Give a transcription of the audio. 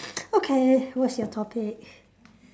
okay what's your topic